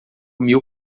mil